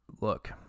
Look